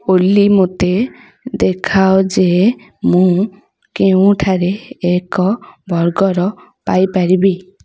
ଓଲି ମୋତେ ଦେଖାଅ ଯେ ମୁଁ କେଉଁଠାରେ ଏକ ବର୍ଗର୍ ପାଇପାରିବି